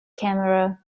camera